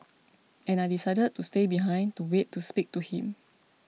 and I decided to stay behind to wait to speak to him